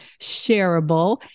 shareable